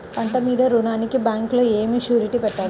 పంట మీద రుణానికి బ్యాంకులో ఏమి షూరిటీ పెట్టాలి?